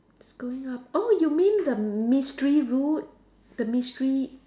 it's going up oh you mean the mystery route the mystery